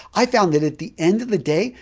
i found that at the end of the day,